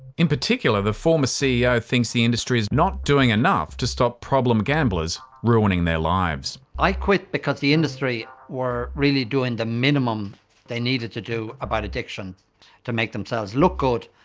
in particular, the former ceo thinks the industry is not doing enough to stop problem gamblers ruining their lives. i quit because the industry were really doing the minimum they needed to do about addiction to make themselves look good,